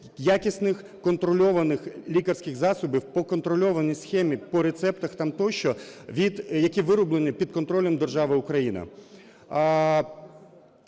якісних контрольованих лікарських засобів по контрольованій схемі, по рецептах, там, тощо, які вироблені під контролем держави Україна.